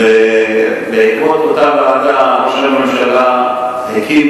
ובעקבות אותה ועדה ראש הממשלה הקים